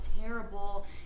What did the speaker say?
terrible